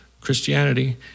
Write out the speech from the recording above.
Christianity